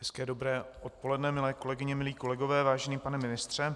Hezké dobré odpoledne, milé kolegyně, milí kolegové, vážený pane ministře.